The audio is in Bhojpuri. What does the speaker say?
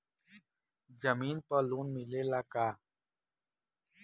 जमीन पर लोन मिलेला का?